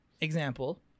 Example